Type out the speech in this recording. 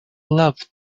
love